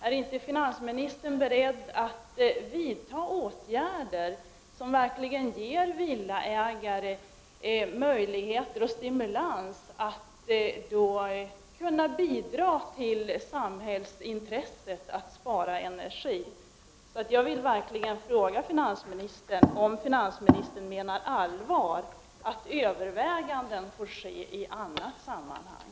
Är inte finansministern beredd att vidta åtgärder som verkligen ger villaägare stimulans att bidra till energisparandet, som ju är ett samhällsintresse? Jag vill verkligen fråga finansministern om finansministern menar allvar med att överväganden får ske i annat sammanhang.